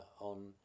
on